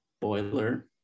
boiler